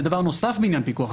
ודבר נוסף בעניין הפיקוח,